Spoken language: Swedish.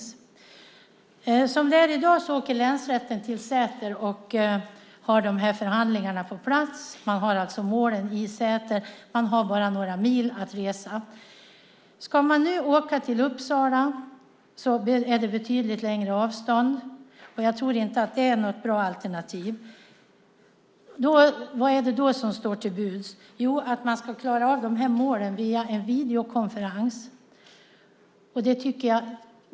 Som det är i dag åker länsrätten till Säter och har förhandlingarna på plats. Man har alltså målen i Säter, och man har bara några mil att resa. Ska man åka till Uppsala är det betydligt längre. Jag tror inte att det är något bra alternativ. Vad är det då som står till buds? Jo, man ska klara av målen via en videokonferens.